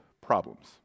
problems